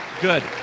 Good